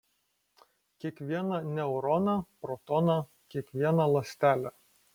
kiekvieną neuroną protoną kiekvieną ląstelę